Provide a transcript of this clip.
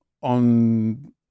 on